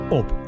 op